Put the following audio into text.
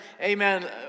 amen